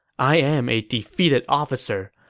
i am a defeated officer.